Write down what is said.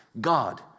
God